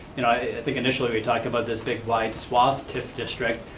i think, initially we talked about this big wide suave tif district.